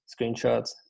screenshots